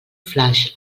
flaix